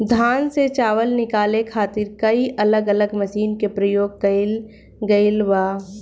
धान से चावल निकाले खातिर कई अलग अलग मशीन के प्रयोग कईल गईल बा